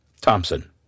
Thompson